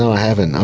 so haven't, ah